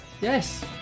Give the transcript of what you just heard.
Yes